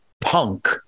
punk